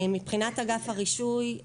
מבחינת אגף הרישוי,